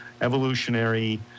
evolutionary